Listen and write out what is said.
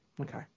Okay